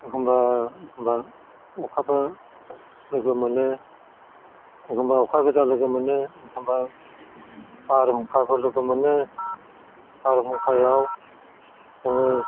एखनबा एखनबा अखाबो लोगो मोनो एखनबा अखा गोजा लोगो मोनो एखनबा बारहुंखाबो लोगो मोनो बारहुंखायाव जोङो